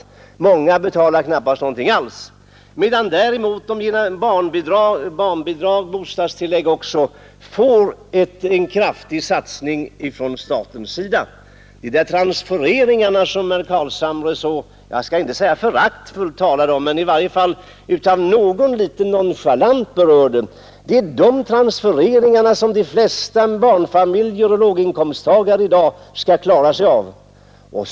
Många betalar knappast någonting alls, medan de i barnbidrag och bostadstillägg får ett kraftigt tillskott från statens sida. De transfereringar som herr Carlshamre, jag skall inte säga föraktfullt talar om, men i varje fall något litet nonchalant berör, är de transfereringar som de flesta barnfamiljer och låginkomsttagare i dag skall klara sig på.